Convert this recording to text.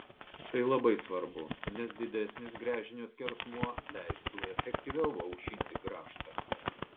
tai labai svarbu nes didesnis gręžinio skersmuo leistų efektyviau aušinti grąžtą